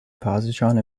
positron